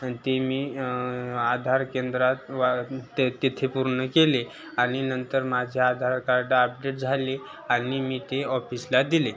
आणि ते मी आधार केंद्रात वा ते तेथे पूर्ण केले आणि नंतर माझे आधार कार्ड आपडेट झाले आणि मी ते ऑफिसला दिले